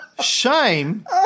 Shame